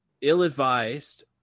ill-advised